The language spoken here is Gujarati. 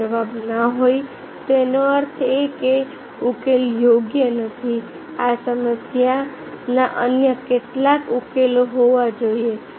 જો જવાબ ના હોય તેનો અર્થ એ કે ઉકેલ યોગ્ય નથી આ સમસ્યાના અન્ય કેટલાક ઉકેલો હોવા જોઈએ